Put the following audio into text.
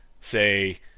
say